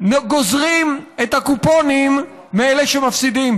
גוזרים את הקופונים מאלה שמפסידים,